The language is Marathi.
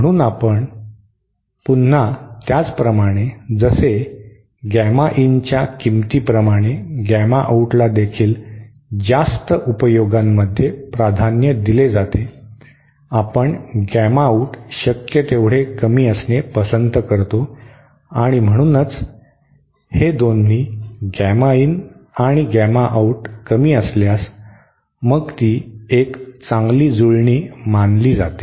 म्हणून पुन्हा त्याचप्रमाणे जसे गॅमा इनच्या किंमतीप्रमाणे गॅमा आऊटलादेखील जास्त अनुप्रयोगांमध्ये प्राधान्य दिले जाते आपण गॅमाआऊट शक्य तेवढे कमी असणे पसंत करतो आणि म्हणूनच हे दोन्ही गॅमा इन आणि गॅमा आऊट कमी असल्यास मग ती एक चांगली जुळणी मानली जाते